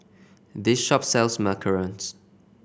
this shop sells macarons